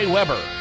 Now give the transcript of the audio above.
Weber